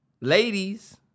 ladies